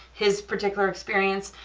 his particular experience,